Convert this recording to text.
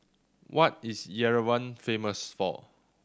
what is Yerevan famous for